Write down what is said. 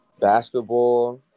Basketball